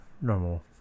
normal